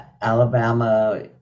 Alabama